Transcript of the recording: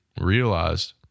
realized